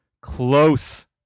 close